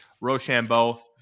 Rochambeau